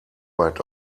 weit